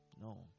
No